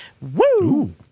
Woo